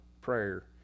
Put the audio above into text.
prayer